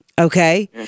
Okay